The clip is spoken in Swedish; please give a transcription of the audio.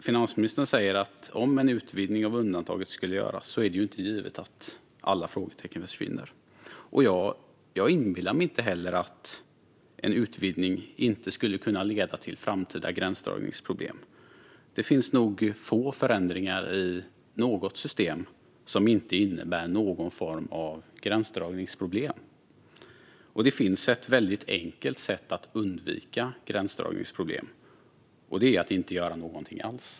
Finansministern säger att det inte är givet att alla frågetecken försvinner om en utvidgning av undantaget skulle göras. Jag inbillar mig heller inte att en utvidgning inte skulle kunna leda till framtida gränsdragningsproblem. Det är nog få förändringar i något system som inte innebär någon form av gränsdragningsproblem. Det finns ett väldigt enkelt sätt att undvika gränsdragningsproblem, och det är att inte göra någonting alls.